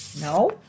No